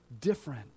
different